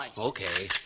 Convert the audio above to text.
Okay